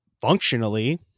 Functionally